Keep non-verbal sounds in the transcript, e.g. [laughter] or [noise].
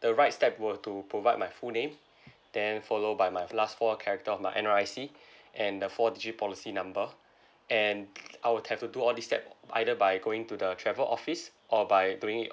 the right step were to provide my full name [breath] then follow by my last four character of my N_R_I_C [breath] and the four digit policy number [breath] and I'll have to do all these step either by going to the travel office or by doing it